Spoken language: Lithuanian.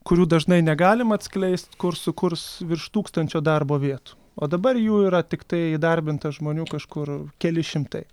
kurių dažnai negalim atskleist kur sukurs virš tūkstančio darbo vietų o dabar jų yra tiktai įdarbinta žmonių kažkur keli šimtai